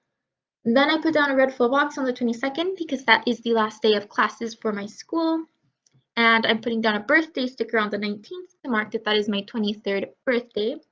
then i put down a red full box on the twenty second because that is the last day of classes for my school and i'm putting down a birthday sticker on the nineteenth i marked it that is my twenty third birthday.